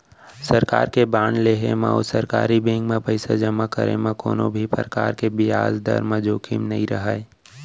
सरकार के बांड लेहे म अउ सरकारी बेंक म पइसा जमा करे म कोनों भी परकार के बियाज दर म जोखिम नइ रहय